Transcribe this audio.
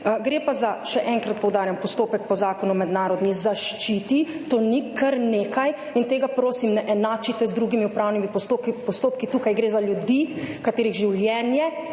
Gre pa za, še enkrat poudarjam, postopek po Zakonu o mednarodni zaščiti. To ni kar nekaj in tega, prosim, ne enačite z drugimi upravnimi postopki. Tukaj gre za ljudi, katerih življenje,